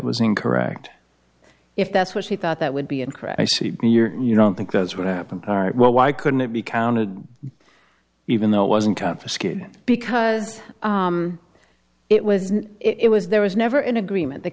was incorrect if that's what she thought that would be incorrect i see you don't think that's what happened all right well why couldn't it be counted even though it wasn't confiscated because it wasn't it was there was never in agreement th